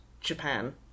Japan